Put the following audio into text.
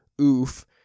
oof